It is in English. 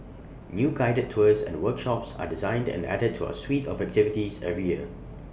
new guided tours and workshops are designed and added to our suite of activities every year